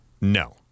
No